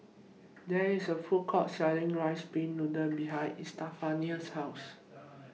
There IS A Food Court Selling Rice Pin Noodles behind Estefania's House